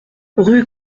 rue